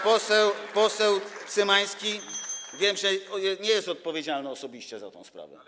Poseł Cymański, wiem, że nie jest odpowiedzialny osobiście za tę sprawę.